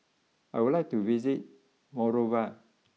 I would like to visit Monrovia